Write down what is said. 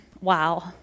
Wow